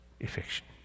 affection